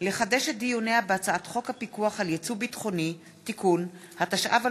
הצעת חוק ארגון הפיקוח על העבודה (תיקון, צווים